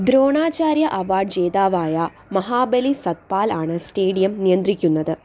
Dronacharya award ജേതാവായ മഹാബലി സത്പാൽ ആണ് stadium നിയന്ത്രിക്കുന്നത്